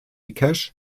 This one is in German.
cash